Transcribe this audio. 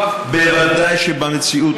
בוודאי שבמציאות,